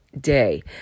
day